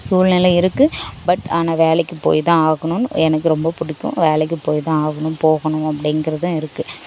சூழ்நிலை இருக்குது பட் ஆனால் வேலைக்கு போய் தான் ஆகணும்னு எனக்கு ரொம்ப பிடிக்கும் வேலைக்கு போய் தான் ஆகணும் போகணும் அப்படிங்குறதும் இருக்குது